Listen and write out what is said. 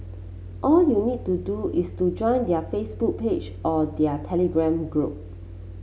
all you need to do is to join their Facebook page or their Telegram group